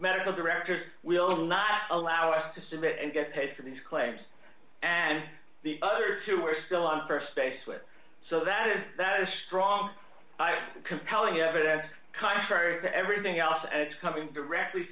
medical directors will not allow us to submit and get paid for these claims and the other two are still on st base with so that is that a strong compelling evidence contrary to everything else and it's coming directly